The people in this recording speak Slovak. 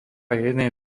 jednej